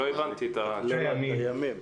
את הימים.